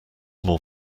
more